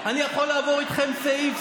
אני שמח שהגענו לסיכום עם חבר הכנסת,